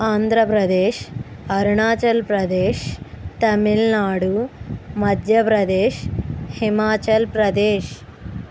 Andhra Pradesh Arunachal Pradesh Tamil Nadu Madhya Pradesh Himachal Pradesh